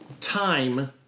time